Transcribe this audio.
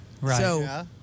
Right